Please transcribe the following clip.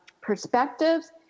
perspectives